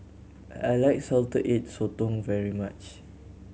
I like Salted Egg Sotong very much